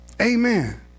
Amen